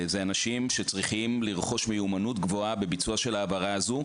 אלה אנשים שצריכים לרכוש מיומנות גבוהה בביצוע של ההעברה הזו,